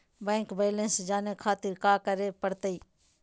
Bank balance जाने खातिर काका करे पड़तई?